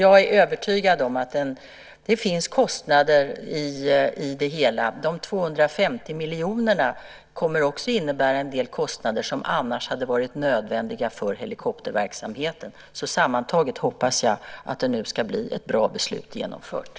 Jag är övertygad om att det finns kostnader i det hela. De 250 miljonerna kommer också att innebära en del kostnader som annars hade varit nödvändiga för helikopterverksamheten. Sammantaget hoppas jag att det nu ska bli ett bra beslut som genomförs.